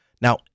Now